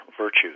virtues